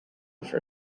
for